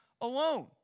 alone